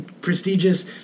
prestigious